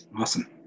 Awesome